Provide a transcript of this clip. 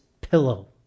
pillow